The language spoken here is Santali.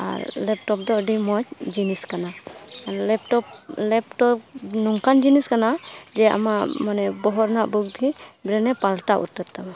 ᱟᱨ ᱞᱮᱯᱴᱚᱯᱫᱚ ᱟᱹᱰᱤ ᱢᱚᱡᱽ ᱡᱤᱱᱤᱥ ᱠᱟᱱᱟ ᱞᱮᱯᱴᱚᱯ ᱞᱮᱯᱴᱚᱯ ᱱᱚᱝᱠᱟᱱ ᱡᱤᱱᱤᱥ ᱠᱟᱱᱟ ᱡᱮ ᱟᱢᱟᱜ ᱢᱟᱱᱮ ᱵᱚᱦᱚᱜ ᱨᱮᱱᱟᱜ ᱵᱩᱫᱽᱫᱷᱤ ᱵᱨᱮᱱᱮ ᱯᱟᱞᱴᱟᱣ ᱩᱛᱟᱹᱨ ᱛᱟᱢᱟ